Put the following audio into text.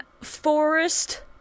forest